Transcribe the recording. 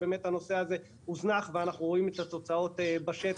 שבו באמת הנושא הזה הוזנח ואנחנו רואים את התוצאות בשטח,